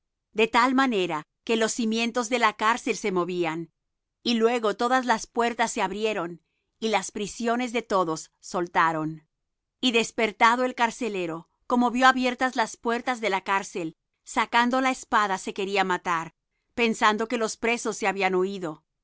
de tal manera que los cimientos de la cárcel se movían y luego todas las puertas se abrieron y las prisiones de todos soltaron y despertado el carcelero como vió abiertas las puertas de la cárcel sacando la espada se quería matar pensando que los presos se habían huído